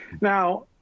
Now